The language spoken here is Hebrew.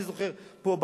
אני זוכר פה,